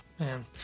Man